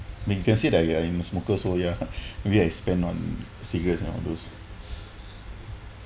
you can say that you are a smoker also yeah maybe like spend on cigarettes and all those